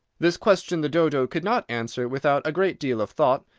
this question the dodo could not answer without a great deal of thought,